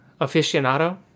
aficionado